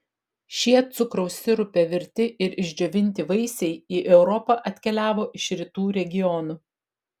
šie cukraus sirupe virti ir išdžiovinti vaisiai į europą atkeliavo iš rytų regionų